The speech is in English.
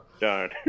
Darn